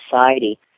society